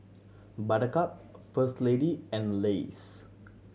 Buttercup First Lady and Lays